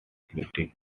critic